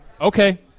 Okay